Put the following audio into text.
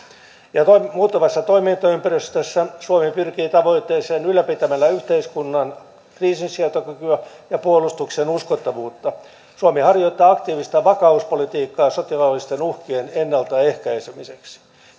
muuttuvassa toimintaympäristössä suomi pyrkii tavoitteeseen ylläpitämällä yhteiskunnan kriisinsietokykyä ja puolustuksen uskottavuutta suomi harjoittaa aktiivista vakauspolitiikkaa sotilaallisten uhkien ennalta ehkäisemiseksi